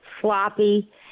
sloppy